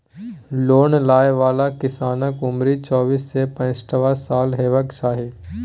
loan लय बला किसानक उमरि चौबीस सँ पैसठ साल हेबाक चाही